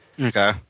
Okay